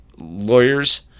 lawyers